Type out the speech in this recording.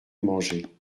manger